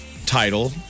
title